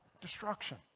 destruction